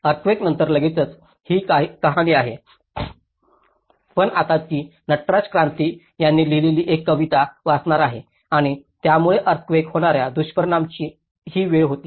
अर्थक्वेकानंतर लगेचच ही कहाणी आहे पण आता मी नटराज क्रांती यांनी लिहिलेली एक कविता वाचणार आहे आणि त्यावेळी अर्थक्वेकात होणाऱ्या दुष्परिणामांची ही वेळ होती